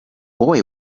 boy